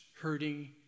hurting